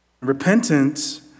Repentance